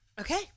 Okay